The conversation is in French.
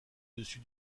dessus